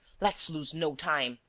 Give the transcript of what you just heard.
let's lose no time.